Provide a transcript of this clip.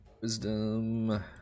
Wisdom